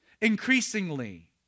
Increasingly